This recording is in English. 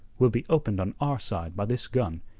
will be opened on our side by this gun,